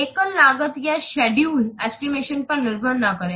एकल लागत या शेड्यूल एस्टिमेशन पर निर्भर न करें